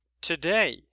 today